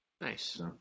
nice